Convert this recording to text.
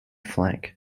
flank